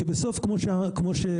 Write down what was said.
כי בסוף כמו שאמרת,